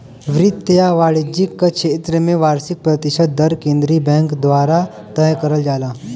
वित्त या वाणिज्य क क्षेत्र में वार्षिक प्रतिशत दर केंद्रीय बैंक द्वारा तय करल जाला